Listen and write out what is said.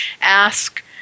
ask